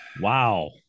Wow